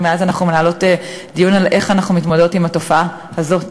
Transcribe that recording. ומאז אנחנו מנהלות דיון על איך אנחנו מתמודדות עם התופעה הזאת,